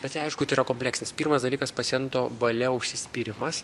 bet tai aišku tai yra kompleksinis pirmas dalykas paciento valia užsispyrimas